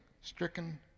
stricken